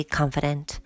confident